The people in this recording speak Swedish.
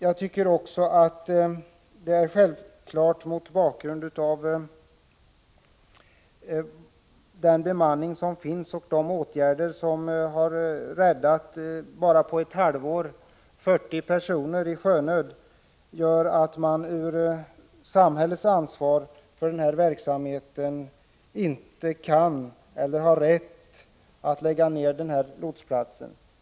Jag tycker också det är självklart, mot bakgrund av den åretruntbemanning som finns och som på bara ett halvår har kunnat rädda 40 personer i sjönöd, att man utifrån samhällets ansvar för sjösäkerheten inte kan ha rätt att lägga ner lotsplatsen.